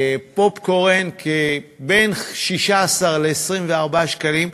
פופקורן, בין 16 ל-24 שקלים,